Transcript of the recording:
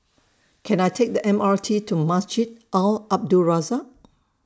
Can I Take The M R T to Masjid Al Abdul Razak